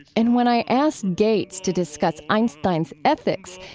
and when i asked gates to discuss einstein's ethics,